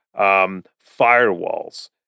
firewalls